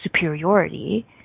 superiority